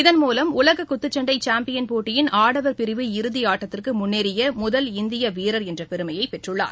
இதன் மூலம் உலக குத்துச்சண்டை சாம்பியன் போட்டியின் ஆடவர் பிரிவு இறுதி ஆட்டத்திற்கு முன்னேறிய முதல் இந்திய வீரர் என்ற பெருமையை பெற்றுள்ளார்